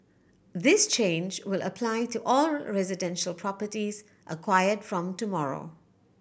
this change will apply to all residential properties acquired from tomorrow